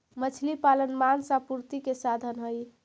मछली पालन मांस आपूर्ति के साधन हई